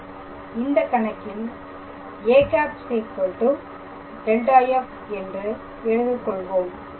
எனில் இந்த கணக்கில் a⃗ ∇⃗⃗ f என்று எடுத்துக்கொள்வோம்